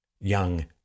young